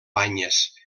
banyes